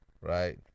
right